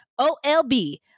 olb